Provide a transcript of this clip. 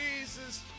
Jesus